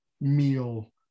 meal